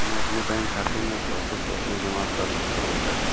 मैं अपने बैंक खाते में पैसे कैसे जमा कर सकता हूँ?